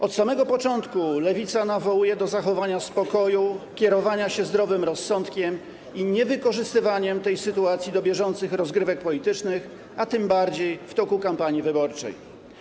Od samego początku Lewica nawołuje do zachowania spokoju, kierowania się zdrowym rozsądkiem i niewykorzystywaniem tej sytuacji do bieżących rozgrywek politycznych, a tym bardziej w toku kampanii wyborczej.